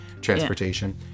transportation